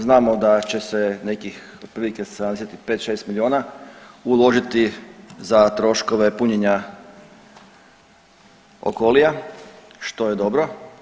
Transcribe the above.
Znamo da će se nekih otprilike 75-6 miliona uložiti za troškove punjenja Okolia, što je dobro.